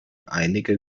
einige